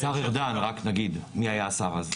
השר ארדן, רק נגיד, מי היה השר אז.